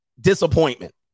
disappointment